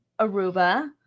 Aruba